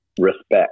respect